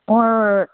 ꯍꯣꯏ